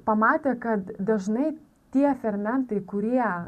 pamatė kad dažnai tie fermentai kurie